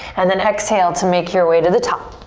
and then exhale to make your way to the top.